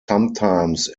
sometimes